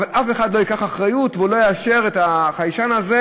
אבל אף אחד לא ייקח אחריות ולא יאשר את החיישן הזה,